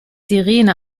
sirene